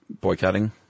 boycotting